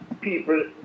people